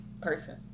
person